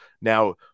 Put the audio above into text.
Now